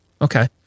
Okay